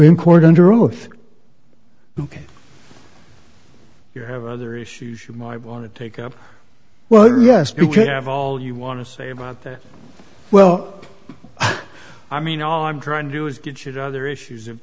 in court under oath ok you have other issues you might want to take up well yes because you have all you want to say about that well i mean all i'm trying to do is get you to other issues if